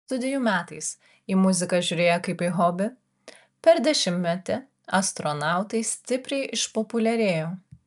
studijų metais į muziką žiūrėję kaip į hobį per dešimtmetį astronautai stipriai išpopuliarėjo